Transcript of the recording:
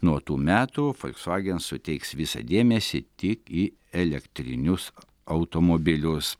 nuo tų metų folksvagen suteiks visą dėmesį tik į elektrinius automobilius